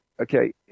Okay